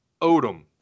Odom